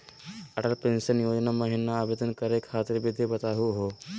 Atal pension योजना महिना आवेदन करै खातिर विधि बताहु हो?